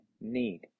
need